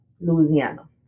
Louisiana